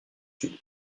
sud